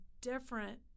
different